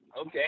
okay